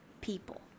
people